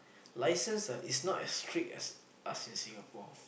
license ah is not as strict as us in Singapore